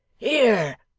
here!